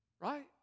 Right